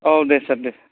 औ दे सार दे